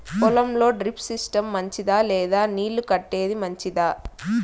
పొలం లో drip system మంచిదా లేదా నీళ్లు కట్టేది మంచిదా?